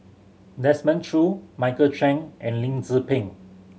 Desmond Choo Michael Chiang and Lim Tze Peng